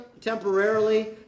temporarily